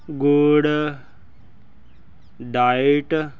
ਗੁੜਡਾਇਟ